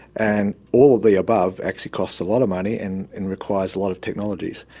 and all of the above actually costs a lot of money and and requires a lot of technologies.